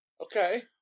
Okay